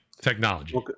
technology